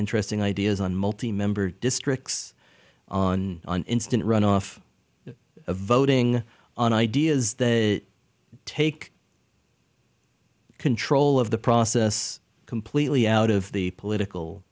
interesting ideas on multimember districts on an instant runoff voting on ideas that take control of the process completely out of the political